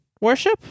Worship